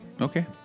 okay